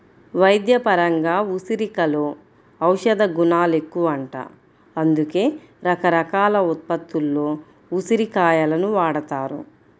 వైద్యపరంగా ఉసిరికలో ఔషధగుణాలెక్కువంట, అందుకే రకరకాల ఉత్పత్తుల్లో ఉసిరి కాయలను వాడతారు